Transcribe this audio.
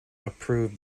approve